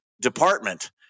department